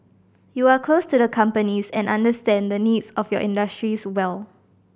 you are close to the companies and understand the needs of your industries well